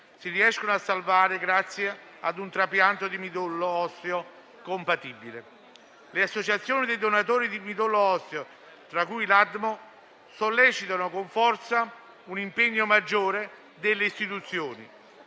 si riescono a salvare grazie a un trapianto di midollo osseo da donatore compatibile. Le associazioni dei donatori di midollo osseo, tra cui l'ADMO, sollecitano con forza un impegno maggiore delle istituzioni